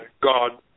God